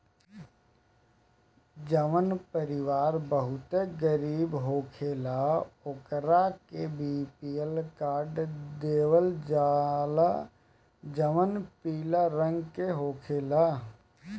जवन परिवार बहुते गरीब होखेला ओकरा के बी.पी.एल कार्ड देवल जाला जवन पियर रंग के होखेला